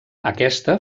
aquesta